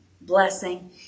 blessing